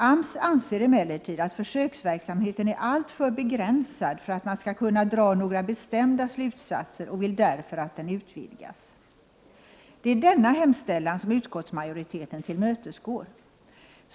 AMS anser emellertid att försöksverksamheten är alltför begränsad för att man skall kunna dra några bestämda slutsatser och vill därför att den utvidgas. Det är denna hemställan som utskottsmajoriteten tillmötesgår.